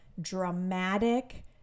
dramatic